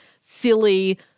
silly